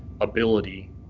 ability